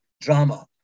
drama